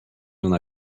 una